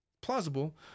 Plausible